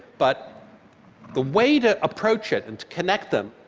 but the way to approach it and to connect them,